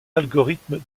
algorithme